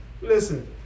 Listen